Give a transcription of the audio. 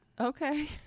Okay